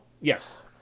Yes